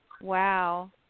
Wow